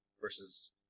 versus